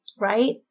right